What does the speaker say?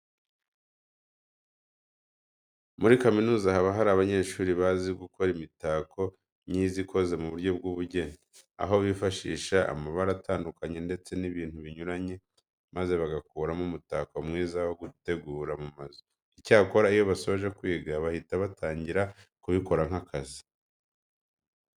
Muri kaminuza haba hari abanyeshuri bazi gukora imitako myiza ikoze mu buryo bw'ubugeni, aho bifashisha amabara atandukanye ndetse n'ibintu binyuranye maze bagakuramo umutako mwiza wo gutegura mu mazu. Icyakora iyo basoje kwiga bahita batangira kubikora nk'akazi.